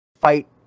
fight